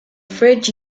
fred